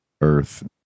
earth